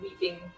weeping